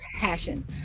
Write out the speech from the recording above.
passion